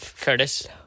Curtis